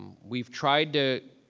we've tried to,